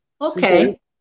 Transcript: Okay